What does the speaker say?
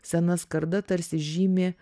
sena skarda tarsi žymi